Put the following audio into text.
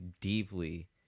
deeply